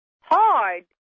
hard